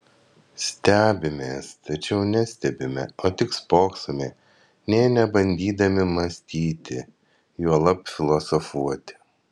stebimės tačiau nestebime o tik spoksome nė nebandydami mąstyti juolab filosofuoti